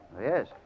Yes